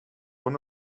one